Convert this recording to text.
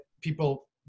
people